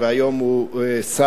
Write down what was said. להביא לו את הבשורות הטובות,